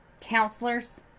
counselors